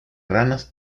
ranas